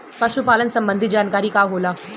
पशु पालन संबंधी जानकारी का होला?